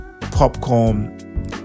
Popcorn